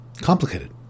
complicated